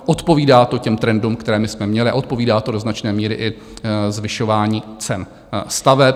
Odpovídá to trendům, které my jsme měli, a odpovídá to do značné míry i zvyšování cen staveb.